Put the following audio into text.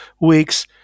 weeks